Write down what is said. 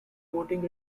voting